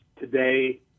today